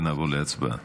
ונעבור להצבעה.